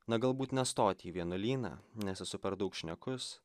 na galbūt nestoti į vienuolyną nes esu per daug šnekus